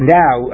now